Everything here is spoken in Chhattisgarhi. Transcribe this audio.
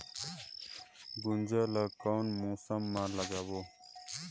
गुनजा ला कोन मौसम मा लगाबो?